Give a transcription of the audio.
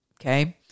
Okay